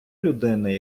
людини